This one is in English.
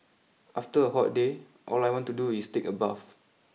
after a hot day all I want to do is take a bath